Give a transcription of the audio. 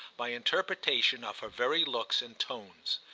my interpretation of her very looks and tones.